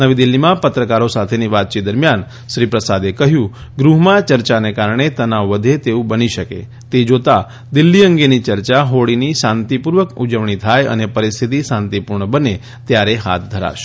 નવી દીલ્હીમાં પત્રકારો સાથેની વાતચીત દરમિયાન શ્રી પ્રસાદે કહ્યું ગૃહમાં ચર્ચાના કારણે તનાવ વધે તેવું બની શકે તે જોતાં દિલ્ફી અંગેની ચર્ચા હોળીની શાંતિપૂર્વક ઉજવણી થાય અને પરિસ્થિતિ શાંતિપૂર્ણ બને ત્યારે હાથ ધરાશે